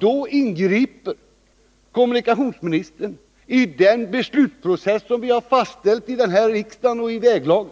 Då ingriper kommunikationsministern i den beslutsprocess som vi har fastställt i denna riksdag och i väglagen.